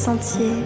sentier